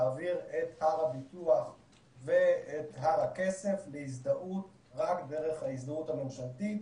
להעביר את הר הביטוח ואת הר הכסף להזדהות רק דרך ההזדהות הממשלתית.